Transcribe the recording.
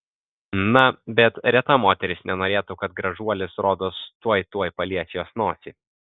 na bet reta moteris nenorėtų kad gražuolis rodos tuoj tuoj palies jos nosį